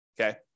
okay